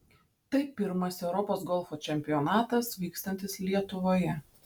tai pirmas europos golfo čempionatas vykstantis lietuvoje